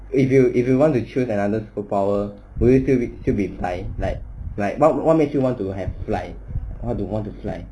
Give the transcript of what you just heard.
if you if you want to choose another superpower would it still be still be flying like like what makes you want to have fly want to want to fly